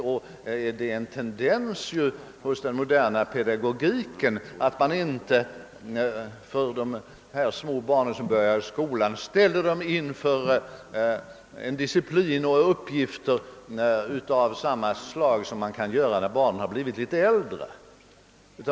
Hos den moderna pedagogiken är det en tendens att inte ställa dessa små barn — ty det är de ju när de börjar skolan — inför samma hårda disciplin och inför uppgifter av samma slag som man kan ställa barnen inför när de blivit litet äldre.